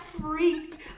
freaked